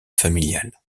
familiale